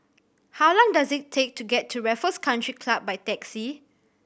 how long does it take to get to Raffles Country Club by taxi